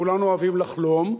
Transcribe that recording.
כולנו אוהבים לחלום,